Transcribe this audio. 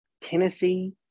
Tennessee